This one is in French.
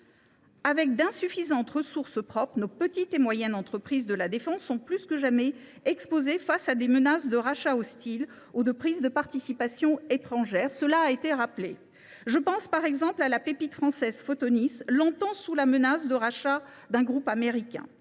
Avec d’insuffisantes ressources propres, nos petites et moyennes entreprises de la défense sont plus que jamais exposées à des menaces de rachats hostiles ou de prises de participation étrangères, comme cela a été rappelé. Je pense par exemple à la pépite française Photonis, qui a longtemps été sous la menace d’un rachat par un groupe américain.